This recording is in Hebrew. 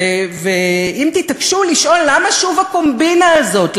ואם תתעקשו לשאול למה שוב הקומבינה הזאת,